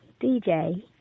DJ